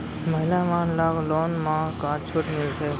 महिला मन ला लोन मा का छूट मिलथे?